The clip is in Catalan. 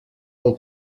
del